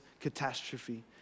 catastrophe